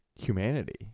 humanity